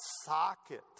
socket